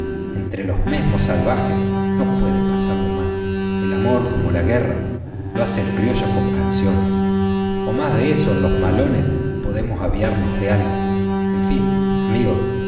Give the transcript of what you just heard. entre los mesmos salvajes no puede pasarlo mal el amor como la guerra lo hace el criollo con canciones a más de eso en los malones podemos aviarnos de algo en fin amigo